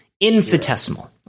infinitesimal